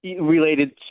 related